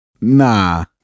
nah